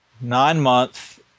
nine-month